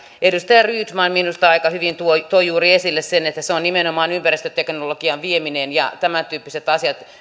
edustaja rydman minusta aika hyvin toi juuri esille sen että se on nimenomaan ympäristöteknologian vieminen ja tämäntyyppiset asiat